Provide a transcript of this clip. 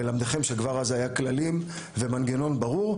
ללמדכם שכבר אז היו כללים ומנגנון ברור.